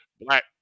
black